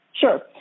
Sure